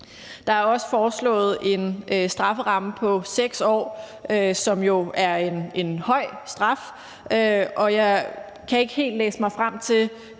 Der er også foreslået en strafferamme på 6 år. Det er jo en høj straf, og jeg kan ikke helt klart læse mig frem til,